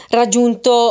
raggiunto